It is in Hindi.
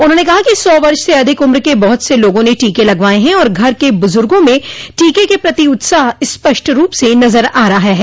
उन्होंने कहा कि सौ वर्ष से अधिक उम्र के बहुत से लोगों ने टीके लगवाये हैं और घर के बुजुर्गों में टीके के प्रति उत्साह स्पष्ट रूप से नजर आता है